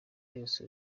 byose